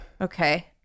Okay